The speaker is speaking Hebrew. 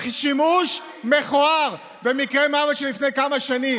שימוש מכוער במקרה מוות מלפני כמה שנים.